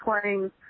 playing